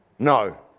no